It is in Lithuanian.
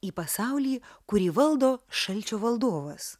į pasaulį kurį valdo šalčio valdovas